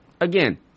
again